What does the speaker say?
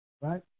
Right